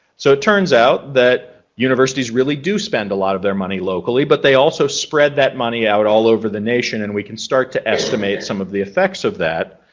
so it turns out that universities really do spend a lot of their money locally, but they also spread that money out all over the nation and we can start to estimate some of the effects of that.